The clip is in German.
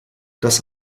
das